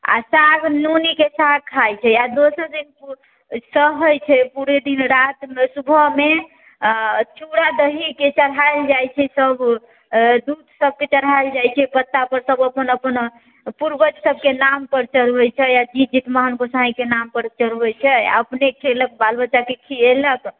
आओर साग नोनीके साग खाइ छै आओर दोसर दिन सहै छै पूरे दिन रात सुबहमे चूड़ा दहीके चढ़ाएल जाइ छै सब दूध सबके चढ़ाएल जाइ छै पत्तापर सब अपन अपन पूर्वज सबके नामपर चढ़बै छै जितुवाहन गोसाईंके नामपर चढ़बै छै आओर अपने खेलक बाल बच्चाके खिएलक